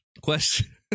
Question